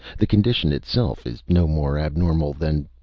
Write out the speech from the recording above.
the condition itself is no more abnormal than.